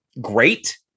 great